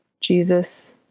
Jesus